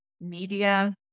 media